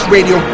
Radio